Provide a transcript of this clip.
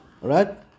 Right